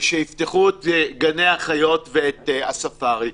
ושיפתחו את גני החיות ואת הספארי.